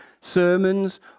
sermons